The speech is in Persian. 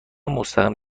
مستقیم